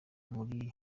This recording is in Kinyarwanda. muri